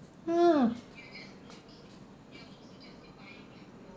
ah